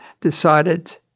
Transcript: decided